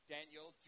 Daniel